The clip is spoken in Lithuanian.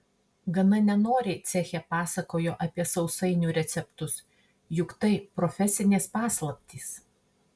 gana nenoriai ceche pasakojo apie sausainių receptus juk tai profesinės paslaptys